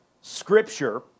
scripture